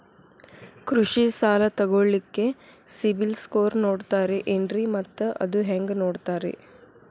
ಕೃಷಿ ಸಾಲ ತಗೋಳಿಕ್ಕೆ ಸಿಬಿಲ್ ಸ್ಕೋರ್ ನೋಡ್ತಾರೆ ಏನ್ರಿ ಮತ್ತ ಅದು ಹೆಂಗೆ ನೋಡ್ತಾರೇ?